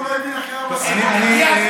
הוא לא הבין אחרי ארבע סיבות, אח שלי.